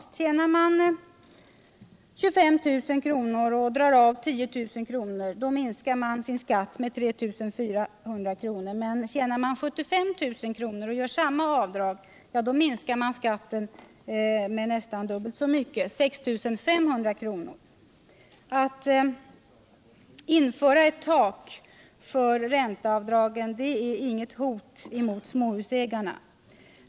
Tjänar man 25 000 kr. och drar av 10 000 så minskar man sin skatt med 3 400 kr. Men tjänar man 75 000 kr. och gör samma avdrag tjänar man nästan dubbelt så mycket, 6 500 kr. Att införa ett tak för ränteavdragen är inget hot mot småhusägarna.